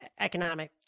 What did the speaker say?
economic